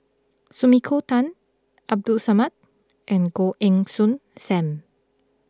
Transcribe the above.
Sumiko Tan Abdul Samad and Goh Heng Soon Sam